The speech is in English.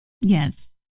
Yes